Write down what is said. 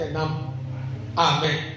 amen